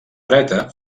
dreta